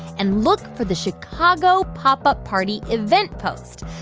and look for the chicago pop up party event post.